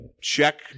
check